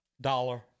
Dollar